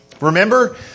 Remember